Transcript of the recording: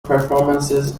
performances